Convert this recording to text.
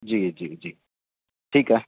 जी जी जी ठीकु आहे